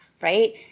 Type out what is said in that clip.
right